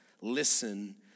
Listen